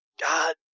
God